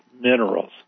minerals